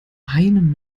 einem